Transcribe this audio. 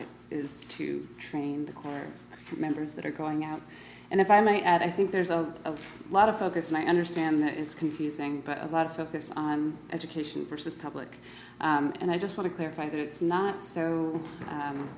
owns it to train the choir members that are going out and if i may add i think there's a lot of focus and i understand that it's confusing but a lot of focus on education versus public and i just want to clarify that it's not so